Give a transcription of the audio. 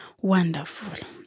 Wonderful